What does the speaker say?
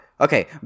okay